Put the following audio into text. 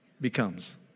Becomes